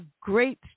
great